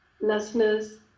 listeners